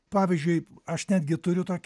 pavyzdžiui aš netgi turiu tokį